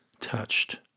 touched